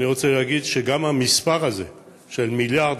אני רוצה להגיד שגם המספר הזה של מיליארד